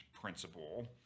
principle